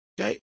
Okay